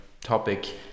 topic